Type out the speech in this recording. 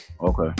Okay